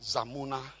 Zamuna